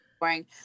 boring